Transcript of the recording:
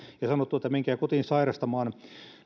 ja sanottu että menkää kotiin sairastamaan